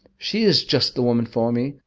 she is just the woman for me.